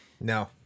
No